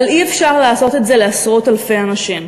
אבל אי-אפשר לעשות את זה לעשרות אלפי אנשים,